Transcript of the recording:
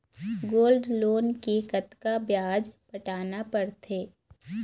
Gold loan मे कतका ब्याज पटाना पड़थे?